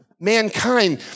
Mankind